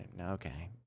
Okay